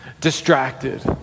Distracted